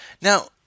Now